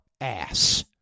ass